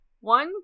one